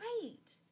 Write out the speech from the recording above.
great